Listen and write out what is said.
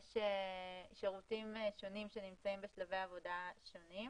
יש שירותים שונים שנמצאים בשלבי עבודה שונים.